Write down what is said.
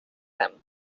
him